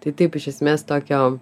tai taip iš esmės tokio